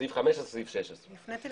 סעיף 15 וסעיף 16 --- הפניתי ל